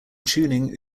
tuning